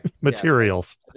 materials